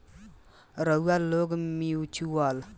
रउआ लोग mutual fund मे पइसा लगाई अउरी ई ब्याज के साथे बढ़त जाई